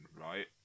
right